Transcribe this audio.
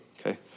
okay